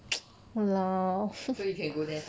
!walao!